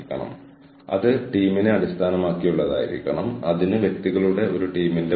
ഞാൻ ഈയിടെ DRW ടെക്നോളജീസിനെക്കുറിച്ചുള്ള ഒരു കേസ് എന്റെ വിദ്യാർത്ഥികളെ പഠിപ്പിച്ചു